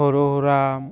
সৰু সুৰা